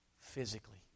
physically